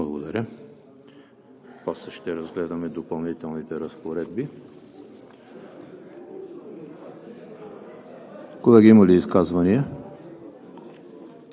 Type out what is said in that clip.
а после ще разгледаме Допълнителните разпоредби. Колеги, има ли изказвания?